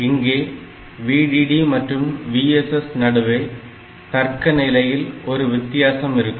இங்கே VDD மற்றும் VSS நடுவே தர்க்க நிலையில் ஒரு வித்தியாசம் இருக்கும்